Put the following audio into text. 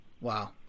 Wow